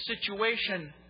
situation